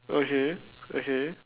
okay okay